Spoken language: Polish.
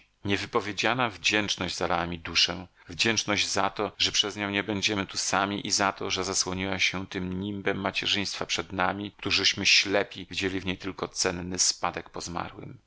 miłości niewypowiedziana wdzięczność zalała mi duszę wdzięczność za to że przez nią nie będziemy tu sami i za to że zasłoniła się tym nimbem macierzyństwa przed nami którzyśmy ślepi widzieli w niej tylko cenny spadek po zmarłym